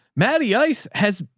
matty ice has,